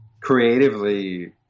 creatively